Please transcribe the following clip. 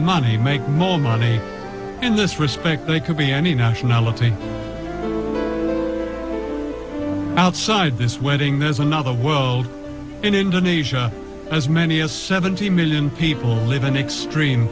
money make more money in this respect they could be any nationality outside this wedding there is another world in indonesia as many as seventy million people live in extreme